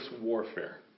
warfare